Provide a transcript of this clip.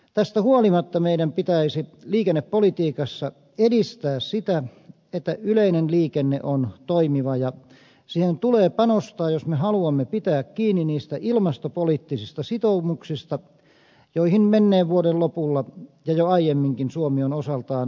tästä huolimatta meidän pitäisi liikennepolitiikassa edistää sitä että yleinen liikenne on toimiva ja siihen tulee panostaa jos me haluamme pitää kiinni niistä ilmastopoliittisista sitoumuksista joihin menneen vuoden lopulla ja jo aiemminkin suomi on osaltaan sitoutunut